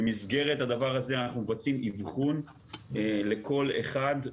במסגרת הדבר הזה אנחנו מבצעים איבחון לכל אחד,